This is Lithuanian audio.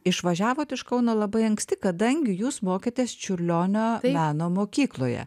išvažiavote iš kauno labai anksti kadangi jūs mokėtės čiurlionio meno mokykloje